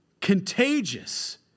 contagious